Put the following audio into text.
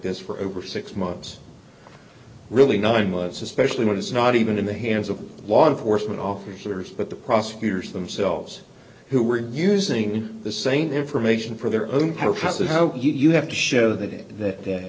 this for over six months really nine months especially when it's not even in the hands of law enforcement officers but the prosecutors themselves who were using the same information for their own purposes how you have to show that